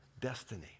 destiny